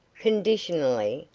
conditionally,